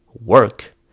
work